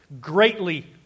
greatly